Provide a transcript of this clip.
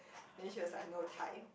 then she was like no time